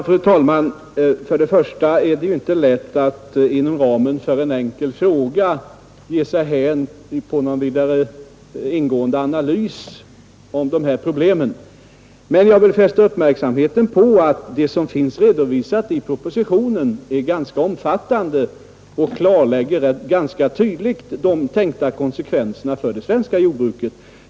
Fru talman! Det är ju inte lätt att inom ramen för en enkel fråga ge sig in på någon ingående analys av de här problemen, men jag vill fästa uppmärksamheten på att det som finns redovisat i propositionen är ganska omfattande och klarlägger rätt tydligt de tänkta konsekvenserna för det svenska jordbruket.